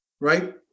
Right